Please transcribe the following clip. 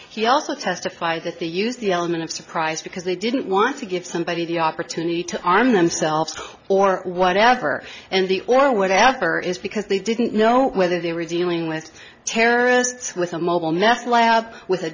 he also testified that they used the element of surprise because they didn't want to give somebody the opportunity to arm themselves or whatever and the or whatever is because they didn't know whether they were dealing with terrorists with a mobile nest lab with a